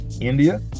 India